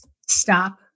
Stop